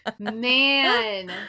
Man